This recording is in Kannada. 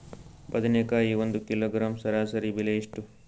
ಬದನೆಕಾಯಿ ಒಂದು ಕಿಲೋಗ್ರಾಂ ಸರಾಸರಿ ಬೆಲೆ ಎಷ್ಟು?